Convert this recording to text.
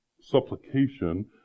supplication